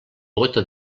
bóta